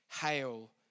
Hail